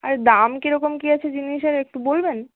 আর দাম কি রকম কি আছে জিনিসের একটু বলবেন